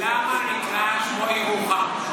למה נקרא שמו ירוחם?